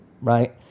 Right